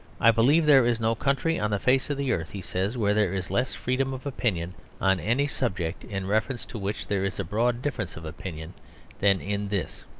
i believe there is no country on the face of the earth, he says, where there is less freedom of opinion on any subject in reference to which there is a broad difference of opinion than in this.